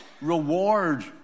reward